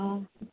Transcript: ആ